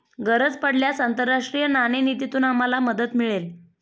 गरज पडल्यास आंतरराष्ट्रीय नाणेनिधीतून आम्हाला मदत मिळेल